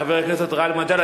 חבר הכנסת גאלב מג'אדלה,